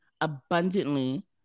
abundantly